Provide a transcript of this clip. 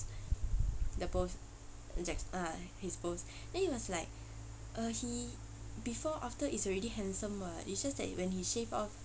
the post jack~ ah his post then he was like ah he before after is already handsome [what] it's just that when he shaved off